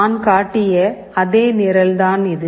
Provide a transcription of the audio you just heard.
நான் காட்டிய அதே நிரல் தான் இது